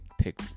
pick